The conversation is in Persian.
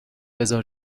بذار